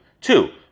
Two